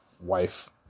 wife